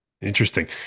Interesting